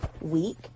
week